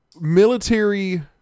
military